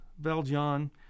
Valjean